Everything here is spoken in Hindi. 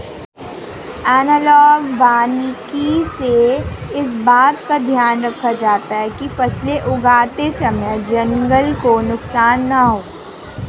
एनालॉग वानिकी में इस बात का ध्यान रखा जाता है कि फसलें उगाते समय जंगल को नुकसान ना हो